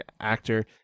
actor